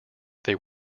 they